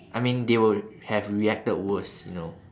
I mean they would have reacted worse you know